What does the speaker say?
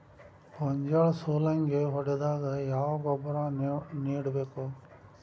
ಗೋಂಜಾಳ ಸುಲಂಗೇ ಹೊಡೆದಾಗ ಯಾವ ಗೊಬ್ಬರ ನೇಡಬೇಕು?